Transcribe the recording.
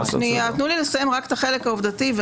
תנו לי לסיים רק את החלק העובדתי.